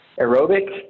Aerobic